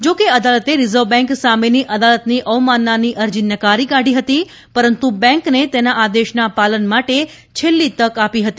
જા કે અદાલતે રીઝર્વ બેન્ક સામેની અદાલતની અવમાનનાની અરજી નકારી કાઢી હતી પરંતુ બેન્કને તેના આદેશના પાલન માટે છેલ્લી તક આપી હતી